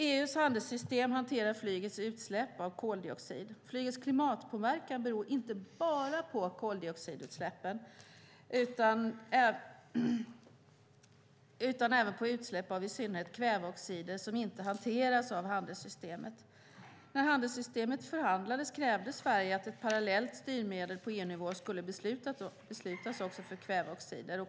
EU:s handelssystem hanterar flygets utsläpp av koldioxid. Flygets klimatpåverkan beror inte bara på koldioxidutsläppen utan även på utsläpp av i synnerhet kväveoxider som inte hanteras av handelssystemet. När handelssystemet förhandlades krävde Sverige att ett parallellt styrmedel på EU-nivå skulle beslutas också för kväveoxider.